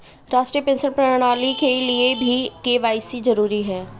राष्ट्रीय पेंशन प्रणाली के लिए भी के.वाई.सी जरूरी है